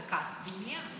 דקת דומייה.